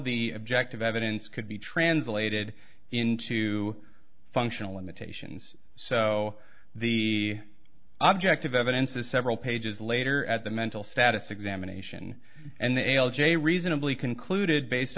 the objective evidence could be translated into functional limitations so the object of evidence is several pages later at the mental status examination and the l g a reasonably concluded based